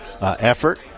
effort